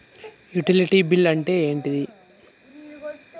Utility bill అంటే ఏంటిది?